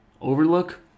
Overlook